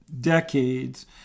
decades